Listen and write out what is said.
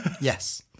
Yes